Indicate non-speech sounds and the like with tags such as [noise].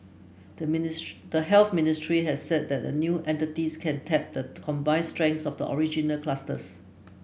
the [unintelligible] the Health Ministry has said that the new entities can tap the combined strengths of the original clusters